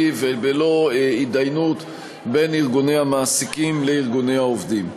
ובלא הידיינות בין ארגוני המעסיקים לארגוני העובדים.